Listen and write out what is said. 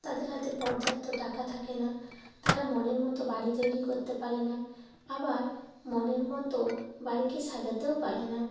তাদের হাতে পর্যাপ্ত টাকা থাকে না তারা মনের মতো বাড়ি তৈরি করতে পারে না আবার মনের মতো বাড়িকে সাজাতেও পারে না